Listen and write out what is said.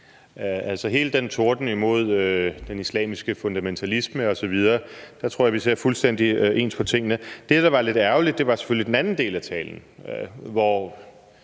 angår hele den tordnen mod den islamiske fundamentalisme osv., tror jeg, at vi ser fuldstændig ens på tingene. Det, der var lidt ærgerligt, var selvfølgelig den anden del af talen, hvor